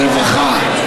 ברווחה,